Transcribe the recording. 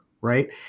right